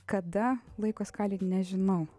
kada laiko skalėj nežinau